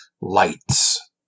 lights